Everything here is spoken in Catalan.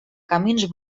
camins